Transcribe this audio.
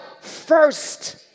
first